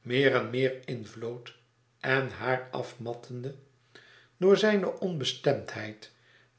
meer en meer invloot en haar afmattende door zijne onbestemdheid